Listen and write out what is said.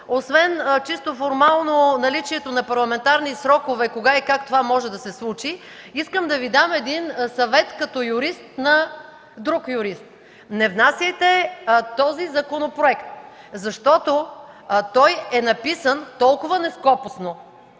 освен чисто формално наличието на парламентарни срокове – кога и как това може да се случи, искам да Ви дам съвет като юрист на друг юрист. Не внасяйте този законопроект! Той е написан толкова нескопосно